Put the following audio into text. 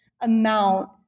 amount